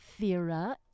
Thera